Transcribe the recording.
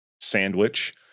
sandwich